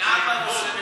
תנאם בנושא.